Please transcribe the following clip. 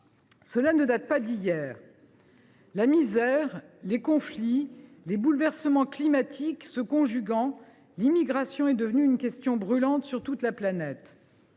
Cela ne date pas d’hier. « La misère, les conflits, les bouleversements climatiques se conjuguant, l’immigration est devenue une question brûlante sur toute la planète.